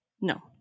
No